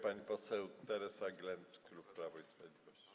Pani poseł Teresa Glenc, klub Prawo i Sprawiedliwość.